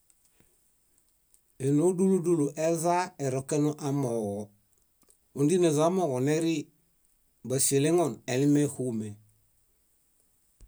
. Énoo dúlu dúlu ezaa erokenu amooġo. Óndinezo amooġo nerii. Báŝiele ŋon elime éxume.